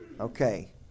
Okay